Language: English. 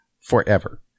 forever